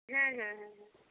হ্যাঁ হ্যাঁ হ্যাঁ হ্যাঁ